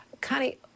Connie